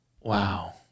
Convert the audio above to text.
Wow